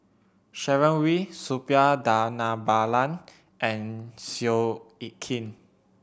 Sharon Wee Suppiah Dhanabalan and Seow Yit Kin